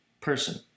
person